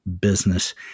business